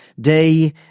day